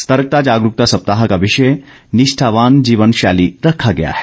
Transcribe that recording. सतर्कता जागरूकता सप्ताह का विषय निष्ठावान जीवन शैली रखा गया है